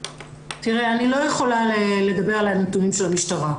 אני לא יכולה לדבר על הנתונים של המשטרה,